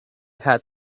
had